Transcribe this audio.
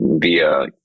via